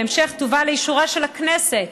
בהמשך תובא לאישורה של הכנסת